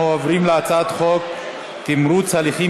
אנחנו עוברים להצעת חוק תמרוץ הליכים